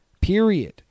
period